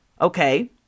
Okay